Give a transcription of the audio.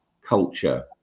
culture